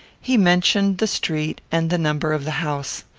he mentioned the street, and the number of the house.